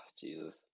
Jesus